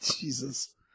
Jesus